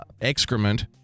excrement